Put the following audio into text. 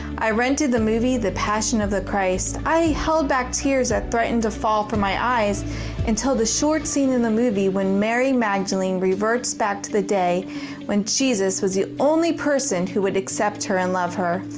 i rented the movie the passion of the christ. i held back tears that threatened to fall from my eyes until the short scene in the movie when mary magdalene reverts back to the day when jesus was the only person who would accept her and love her.